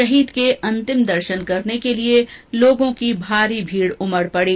शहीद के अंतिम दर्शन करने के लिए लोगों की भारी भीड़ उमड़ पड़ी